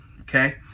okay